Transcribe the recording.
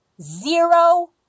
zero